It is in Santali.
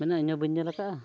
ᱢᱟᱱᱮ ᱤᱧᱦᱚᱸ ᱵᱟᱹᱧ ᱧᱮᱞ ᱠᱟᱜᱼᱟ